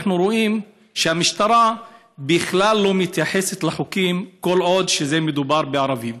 אנחנו רואים שהמשטרה בכלל לא מתייחסת לחוקים כל עוד מדובר בערבים.